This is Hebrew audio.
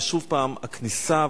ושוב הכניסה,